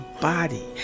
body